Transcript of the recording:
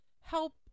help